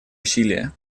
усилия